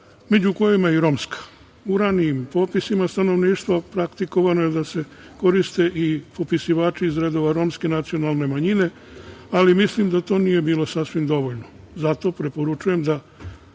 među kojima je i romska. U ranijim popisima stanovništva praktikovano je da se koriste i popisivači iz redova romske nacionalne manjine, ali mislim da to nije bilo sasvim dovoljno. Zato preporučujem da